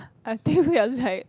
I think we are like